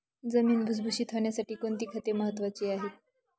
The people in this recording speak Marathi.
जमीन भुसभुशीत होण्यासाठी कोणती खते महत्वाची आहेत?